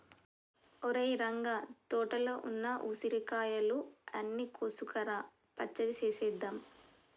ఒరేయ్ రంగ తోటలో ఉన్న ఉసిరికాయలు అన్ని కోసుకురా పచ్చడి సేసేద్దాం